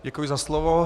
Děkuji za slovo.